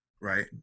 right